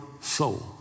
soul